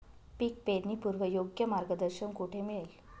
पीक पेरणीपूर्व योग्य मार्गदर्शन कुठे मिळेल?